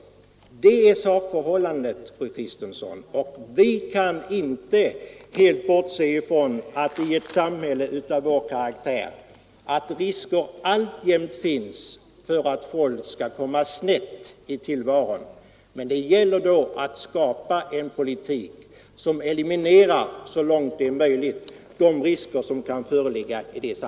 Det är sakförhållandet, fru Kristensson. Vi kan inte i ett från riskerna för att folk skall samhälle av vår karaktär helt borts komma snett i tillvaron. Men det gäller då att skapa en politik som så långt det är möjligt eliminerar de risker som kan föreligga.